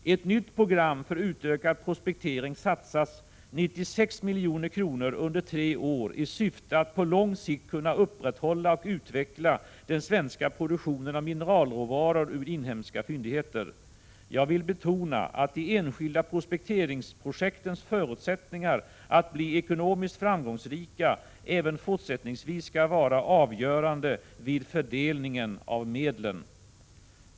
I ett nytt program för utökad prospektering satsas 96 milj.kr. under tre år i syfte att på lång sikt kunna upprätthålla och utveckla den svenska produktionen av mineralråvaror ur inhemska fyndigheter. Jag vill betona att de enskilda prospekteringsprojektens förutsättningar att bli ekonomiskt framgångsrika även fortsättningsvis skall vara avgörande vid fördelningen av medlen.